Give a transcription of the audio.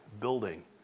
building